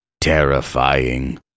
Terrifying